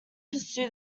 pursue